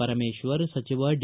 ಪರಮೇಶ್ವರ್ ಸಚಿವ ಡಿ